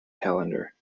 calendar